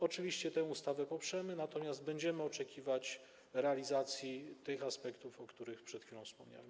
Oczywiście tę ustawę poprzemy, natomiast będziemy oczekiwać realizacji tych aspektów, o których przed chwilą wspomniałem.